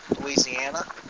Louisiana